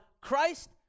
Christ